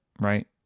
right